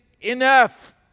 enough